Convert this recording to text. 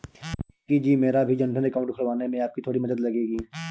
पिंकी जी मेरा भी जनधन अकाउंट खुलवाने में आपकी थोड़ी मदद लगेगी